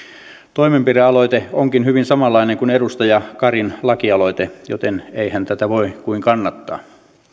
toimenpidealoite onkin hyvin samanlainen kuin tämä edustaja karin lakialoite joten eihän tätä voi kuin kannattaa